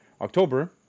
October